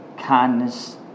kindness